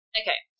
okay